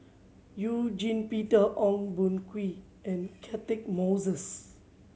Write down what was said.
You Jin Peter Ong Boon Kwee and Catchick Moses